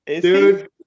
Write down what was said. dude